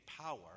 power